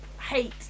hate